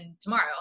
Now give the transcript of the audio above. tomorrow